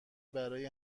برای